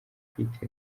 kwiteza